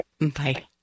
Bye